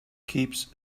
keeps